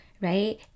right